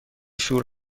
شور